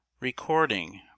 Recording